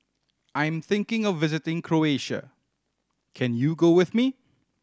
I'm thinking of visiting Croatia can you go with me